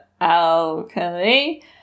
Al-Kali